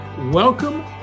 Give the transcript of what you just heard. Welcome